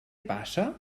passa